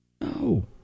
No